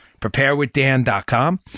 Preparewithdan.com